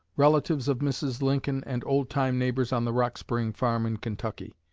relatives of mrs. lincoln and old-time neighbors on the rock spring farm in kentucky.